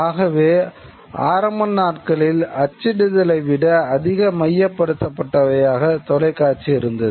ஆகவே ஆரம்ப நாட்களில் அச்சிடுதலை விட அதிக மையப்படுத்தப்பட்டவையாக தொலைக்காட்சி இருந்தது